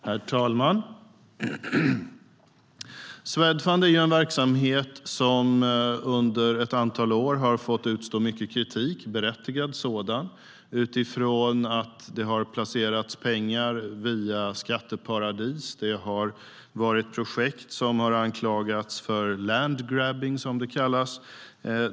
Herr talman! Swedfund är en verksamhet som under ett antal år har fått utstå mycket kritik - berättigad sådan - utifrån att det har placerats pengar via skatteparadis. Det har varit projekt som har anklagats för landgrabbing, som det kallas.